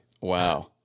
wow